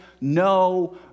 no